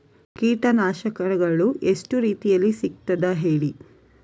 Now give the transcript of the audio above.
ಕೀಟನಾಶಕಗಳು ಎಷ್ಟು ರೀತಿಯಲ್ಲಿ ಸಿಗ್ತದ ಹೇಳಿ